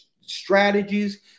strategies